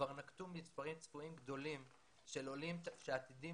כבר נקבו מספרים צפויים גדולים של עולים שעתידים